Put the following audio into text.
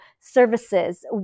services